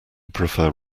prefer